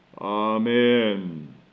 Amen